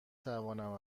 توانم